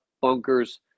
bunkers